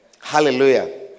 Hallelujah